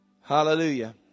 Hallelujah